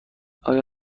آیا